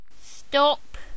Stop